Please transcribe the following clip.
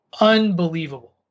unbelievable